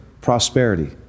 prosperity